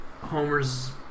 Homer's